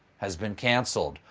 has been canceled.